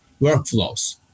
workflows